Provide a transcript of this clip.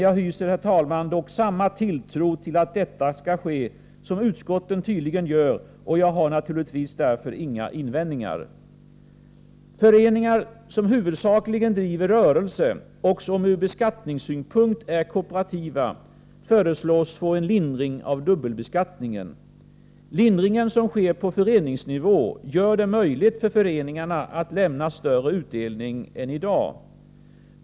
Jag hyser dock samma tilltro till att detta skall ske som utskotten tydligen gör, och jag har naturligtvis därför inga invändningar. Föreningar som huvudsakligen driver rörelse, och som ur beskattningssynpunkt är kooperativa, föreslås få en lindring av dubbelbeskattningen. Lindringen, som sker på föreningsnivå, gör det möjligt för föreningarna att lämna större utdelning än i dag.